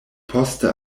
poste